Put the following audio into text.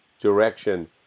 direction